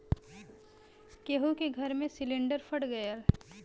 केहु के घर मे सिलिन्डर फट गयल